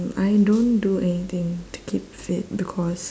I don't do anything to keep fit because